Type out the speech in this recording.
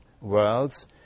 worlds